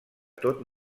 tot